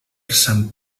sant